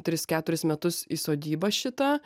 tris keturis metus į sodybą šitą